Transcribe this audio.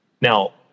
now